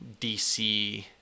dc